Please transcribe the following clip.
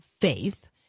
faith